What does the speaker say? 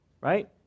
right